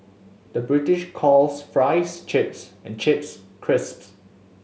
the British calls fries chips and chips crisps